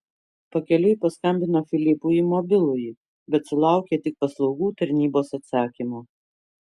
pakeliui paskambino filipui į mobilųjį bet sulaukė tik paslaugų tarnybos atsakymo